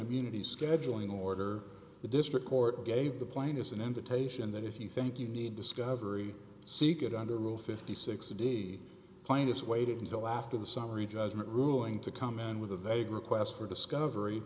immunity scheduling order the district court gave the plain is an invitation that if you think you need discovery seek it under rule fifty six dollars of the plaintiffs waited until after the summary judgment ruling to come in with a vague request for discovery